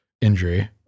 injury